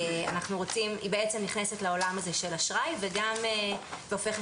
היא בעצם נכנסת לעולם הזה של אשראי וגם הופכת